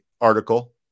article